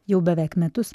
jau beveik metus